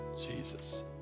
Jesus